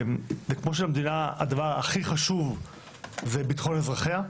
כמו שלמדינה הדבר הכי חשוב זה בטחון אזרחיה,